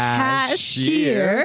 cashier